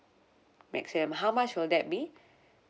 maximum how much will that be